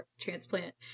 transplant